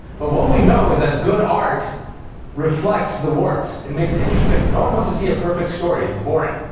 but what we know is that good art reflects the warts. it makes it interesting. no one want to see a perfect story. it's boring.